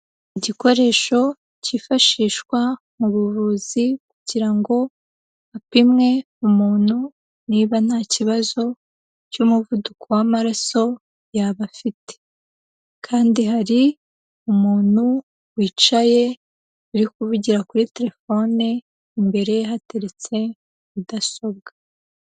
Igikoresho cyifashishwa mu buvuzi kugira ngo hapimwe umuntu niba nta kibazo cy'umuvuduko w'amaraso yaba afite, kandi hari umuntu wicaye uri kuvugira kuri telefone, imbere hateretse mudasobwa.